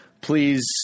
Please